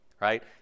Right